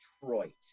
Detroit